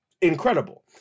incredible